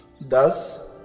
Thus